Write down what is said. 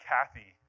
Kathy